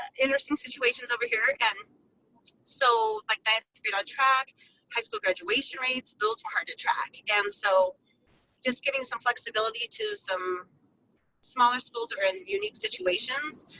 interesting situations over here, and so like i mean high school graduation rates. those were hard to track and so just getting some flexibility to some smaller schools or in unique situations.